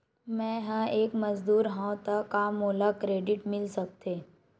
मैं ह एक मजदूर हंव त का मोला क्रेडिट मिल सकथे?